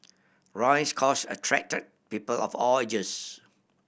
Roy's cause attracted people of all ages